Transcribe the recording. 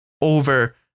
over